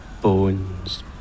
bones